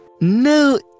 No